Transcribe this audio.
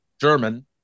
German